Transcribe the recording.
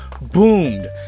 boomed